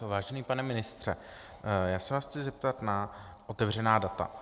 Vážený pane ministře, já se vás chci zeptat na otevřená data.